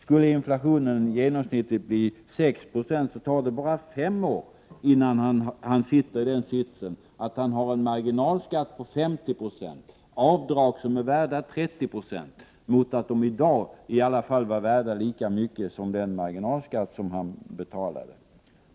Skulle inflationen genomsnittligt bli 6 90 tar det bara fem år innan denna person är i den sitsen att han har en marginalskatt på 50 96 och avdrag som är värda 30 96, mot att de i dag i alla fall är värda lika mycket som den marginalskatt han betalar.